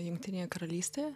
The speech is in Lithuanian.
jungtinėje karalystėje